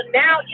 now